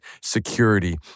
security